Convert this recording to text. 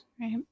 Right